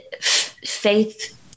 faith